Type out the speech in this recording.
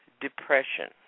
depression